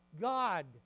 God